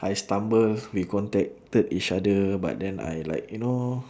I stumble we contacted each other but then I like you know